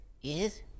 Yes